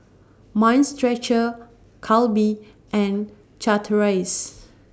Mind Stretcher Calbee and Chateraise